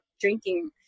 drinking